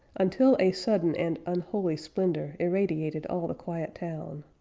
until a sudden and unholy splendor irradiated all the quiet town.